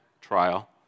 trial